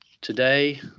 Today